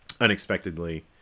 Unexpectedly